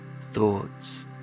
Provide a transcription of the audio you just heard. thoughts